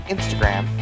Instagram